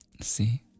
See